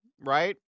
right